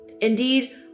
Indeed